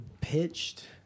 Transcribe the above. pitched